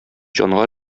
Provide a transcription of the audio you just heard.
җанга